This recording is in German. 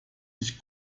sich